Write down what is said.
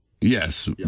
Yes